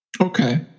Okay